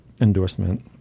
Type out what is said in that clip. endorsement